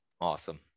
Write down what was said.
Awesome